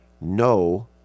no